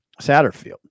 Satterfield